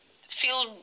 feel